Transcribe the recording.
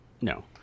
no